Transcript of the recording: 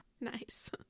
nice